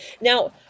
now